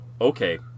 okay